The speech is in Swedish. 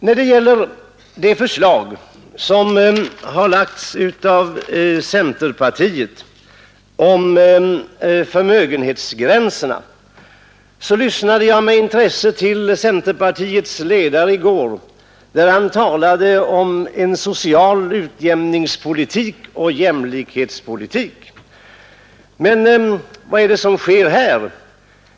Då det gäller centerpartiets förslag om förmögenhetsgränserna lyssnade jag med intresse till centerpartiets ledare i går, när han talade om en social utjämningspolitik och jämlikhetspolitik. Men vad är det som sker?